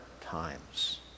times